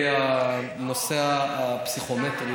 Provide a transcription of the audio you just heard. אתה רוצה לסכסך?